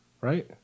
right